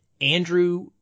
Andrew